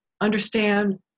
understand